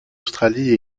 australie